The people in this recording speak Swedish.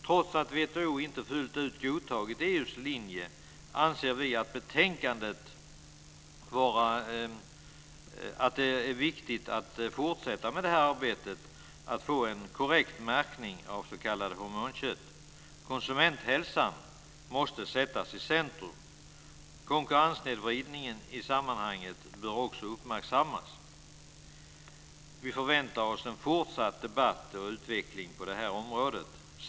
Trots att WTO inte fullt ut godtagit EU:s linje anser vi att det är viktigt att fortsätta det här arbetet med att få en korrekt märkning av s.k. hormonkött. Konsumenthälsan måste sättas i centrum. Konkurrenssnedvridningen i sammanhanget bör också uppmärksammas. Vi förväntar oss en fortsatt debatt och utveckling på det här området.